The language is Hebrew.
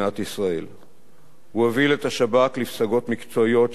הוא הוביל את השב"כ לפסגות מקצועיות שעד היום משפיעות על הארגון.